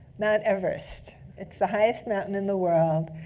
mount everest. it's the highest mountain in the world.